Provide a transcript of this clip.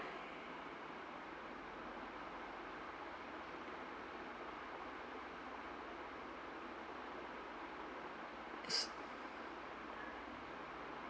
this